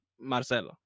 Marcelo